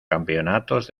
campeonatos